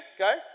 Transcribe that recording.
Okay